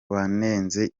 wanenze